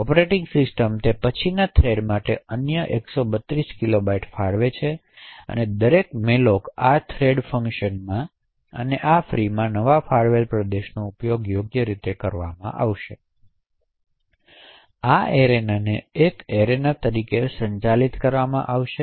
operating system તે પછીના thread માટે અન્ય 132 કિલોબાઇટ્સ ફાળવે છે તેથીદરેક મેલોક આ થ્રેડ ફંક્શનમાંઅને ફ્રીમાં આ નવા ફાળવેલ પ્રદેશનો ઉપયોગ યોગ્ય રીતે કરવામાં આવશે તેથી આ એરેનાને એક એરેના તરીકે પણ સંચાલિત કરવામાં આવશે